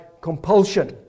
compulsion